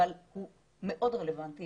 אבל הוא מאוד רלוונטי